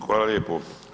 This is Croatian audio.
Hvala lijepo.